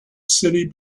city